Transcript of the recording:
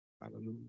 Hallelujah